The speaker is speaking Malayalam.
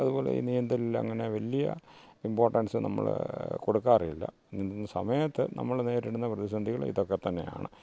അതുപോലെ ഈ നീന്തലിൽ അങ്ങനെ വലിയ ഇംപോർട്ടൻസ് നമ്മൾ കൊടുക്കാറില്ല നീന്തുന്ന സമയത്ത് നമ്മൾ നേരിടുന്ന പ്രതിസന്ധികൾ ഇതൊക്കെ തന്നെയാണ്